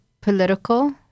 political